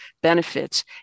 benefits